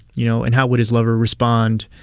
you know? and how would his lover respond,